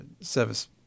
service